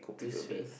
too sweet